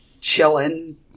chilling